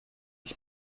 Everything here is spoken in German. ich